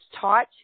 taught